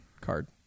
card